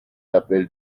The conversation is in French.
l’appel